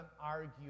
argue